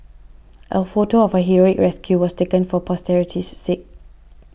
a photo of her heroic rescue was taken for posterity's sake